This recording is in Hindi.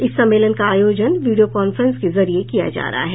इस सम्मेलन का आयोजन वीडियो कांफ्रेंस के जरिये किया जा रहा है